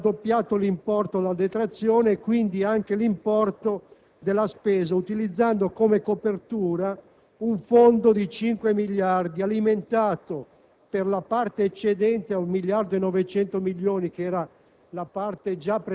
L'emendamento approvato dal Senato aveva raddoppiato l'importo della detrazione e quindi anche quello della spesa, utilizzando come copertura finanziaria un fondo di 5 miliardi alimentato,